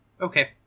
Okay